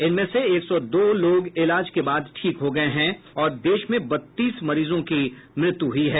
इनमें से एक सौ दो लोग इलाज के बाद ठीक हो गए हैं और देश में बत्तीस मरीजों की मौत हुई हैं